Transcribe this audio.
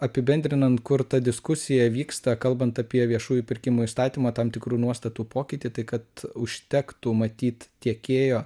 apibendrinant kur ta diskusija vyksta kalbant apie viešųjų pirkimų įstatymo tam tikrų nuostatų pokytį tai kad užtektų matyt tiekėjo